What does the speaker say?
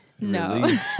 No